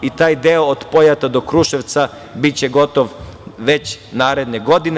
I taj deo od Pojata do Kruševca biće gotov već naredne godine.